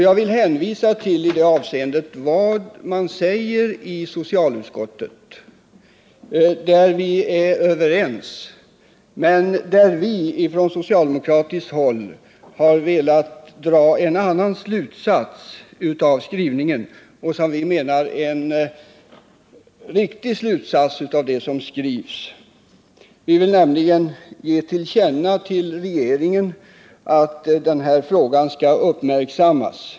Jag vill i det avseendet hänvisa till vad man säger i socialutskottet, där vi är överens men där vi från socialdemokratiskt håll har velat dra en annan och som vi menar riktig slutsats av det som skrivs. Vi vill nämligen ge regeringen till känna att denna fråga skall uppmärksammas.